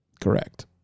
Correct